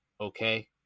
Okay